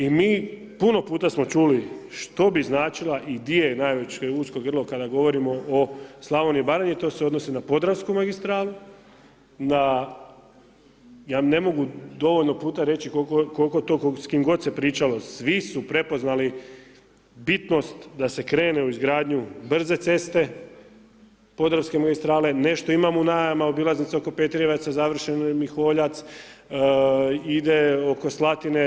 I mi puno puta smo čuli što bi značila i gdje je najveće usko grlo, kada govorimo o Slavoniji i Baranji, to se odnosi na Podravsku magistralu, na ja ne mogu dovoljno puta reći koliko to, s kim god se pričalo, svi su prepoznali bitnost da se krene u izgradnju brze ceste, podravske magistrale, nešto imamo u najavama obilaznice oko Petrijevaca, završeno je Miholjac ide oko Slatine.